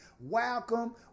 welcome